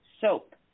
soap